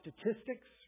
statistics